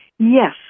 Yes